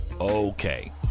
Okay